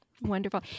wonderful